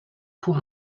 pull